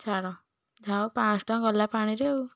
ଛାଡ଼ ଯାଉ ପାଞ୍ଚଶହ ଟଙ୍କା ଗଲା ପାଣିରେ